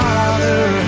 Father